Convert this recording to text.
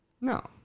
No